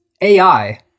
AI